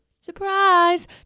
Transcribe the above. Surprise